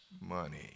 money